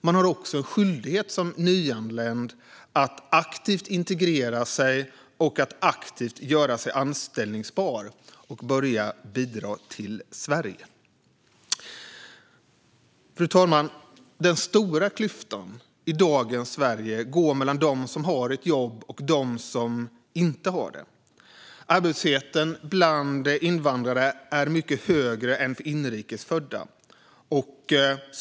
Man har också som nyanländ skyldighet att aktivt integrera sig och att aktivt göra sig anställbar och börja bidra till Sverige. Fru talman! Den stora klyftan i dagens Sverige går mellan dem som har ett jobb och dem som inte har det. Arbetslösheten bland invandrare är mycket högre än bland inrikes födda.